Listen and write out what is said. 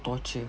torture